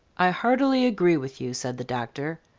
i heartily agree with you, said the doctor.